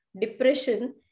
depression